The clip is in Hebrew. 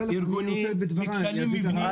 מכשלים מבניים,